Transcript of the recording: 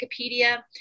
Wikipedia